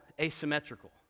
asymmetrical